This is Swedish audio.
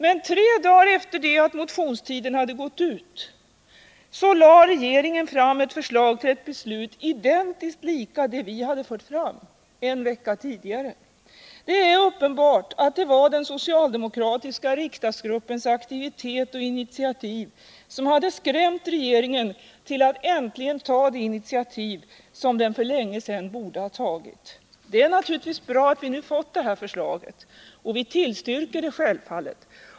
Men tre dagar efter det att motionstiden hade gått ut lade regeringen fram ett förslag till ett beslut identiskt lika det vi hade fört fram en vecka tidigare. Det är uppenbart att det var den socialdemokratiska riksdagsgruppens aktivitet och initiativ som hade skrämt regeringen till att äntligen ta det initiativ som den för länge sedan borde ha tagit. Det är naturligtvis bra att vi nu fått det här förslaget. Vi tillstyrker det självfallet.